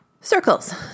Circles